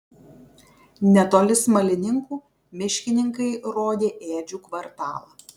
netoli smalininkų miškininkai rodė ėdžių kvartalą